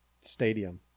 stadium